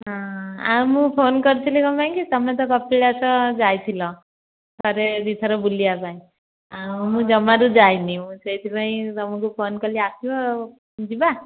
ହଁ ଆଉ ମୁଁ ଫୋନ କରିଥିଲି କ'ଣ ପାଇଁ କି ତୁମେ ତ କପିଳାସ ଯାଇଥିଲ ଥରେ ଦୁଇଥର ବୁଲିବା ପାଇଁ ଆଉ ମୁଁ ଜମାରୁ ଯାଇନି ମୁଁ ସେଇଥିପାଇଁ ତୁମକୁ ଫୋନ କଲି ଆସିବ ଯିବା